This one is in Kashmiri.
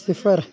صِفر